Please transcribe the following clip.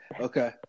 Okay